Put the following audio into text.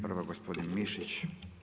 Prva gospodin Mišić.